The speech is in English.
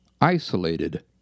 isolated